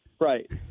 Right